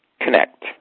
Connect